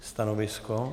Stanovisko?